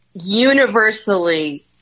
Universally